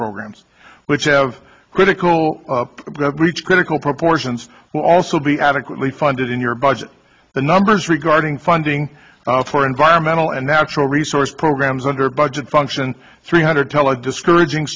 programs which have critical reach critical proportions will also be adequately funded in your budget the numbers regarding funding for environmental and natural resource programs under budget function three hundred tell a discouraging